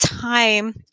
time